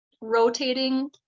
rotating